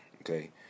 okay